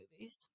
movies